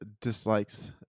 dislikes